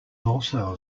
also